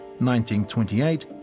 1928